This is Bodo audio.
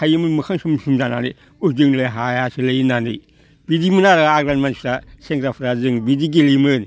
थायोमोन मोखां सोम सोम जानानै जोंलाय हायासैलै होननानै बिदिमोन आरो आग्लानि मानसिफ्रा सेंग्राफ्रा जों बिदि गेलेयोमोन